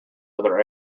other